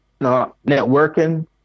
networking